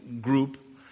group